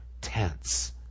tense